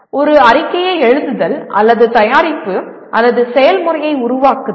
ஒரு அறிக்கையை எழுதுதல் அல்லது ஒரு தயாரிப்பு அல்லது செயல்முறையை உருவாக்குதல்